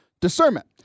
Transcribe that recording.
discernment